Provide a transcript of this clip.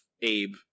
Abe